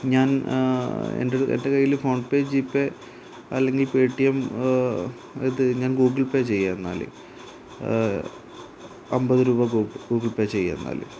ഞാൻ എൻ്റെ കയ്യില് ഫോൺ പേ ജി പെ അല്ലെങ്കിൽ Paytm Google pay ചെയ്യാം എന്നാല് അമ്പത് രൂപ ഗൂഗിൾ പേ ചെയ്യാം എന്നാല്